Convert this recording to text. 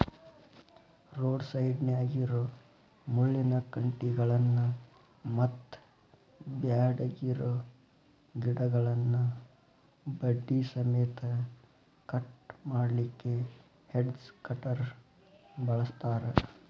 road ಸೈಡ್ನ್ಯಾಗಿರೋ ಮುಳ್ಳಿನ ಕಂಟಿಗಳನ್ನ ಮತ್ತ್ ಬ್ಯಾಡಗಿರೋ ಗಿಡಗಳನ್ನ ಬಡ್ಡಿ ಸಮೇತ ಕಟ್ ಮಾಡ್ಲಿಕ್ಕೆ ಹೆಡ್ಜ್ ಕಟರ್ ಬಳಸ್ತಾರ